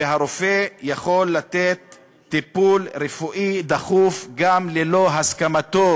שהרופא יכול לתת טיפול רפואי דחוף גם ללא הסכמתו